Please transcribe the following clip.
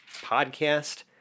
podcast